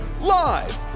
live